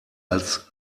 als